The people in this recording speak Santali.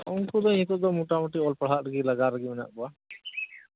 ᱩᱱᱠᱩ ᱫᱚ ᱱᱤᱛᱚᱜ ᱫᱚ ᱢᱳᱴᱟᱢᱩᱴᱤ ᱚᱞ ᱯᱟᱲᱦᱟᱣ ᱞᱟᱜᱟᱣ ᱨᱮᱜᱮ ᱢᱮᱱᱟᱜ ᱠᱚᱣᱟ